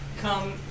Come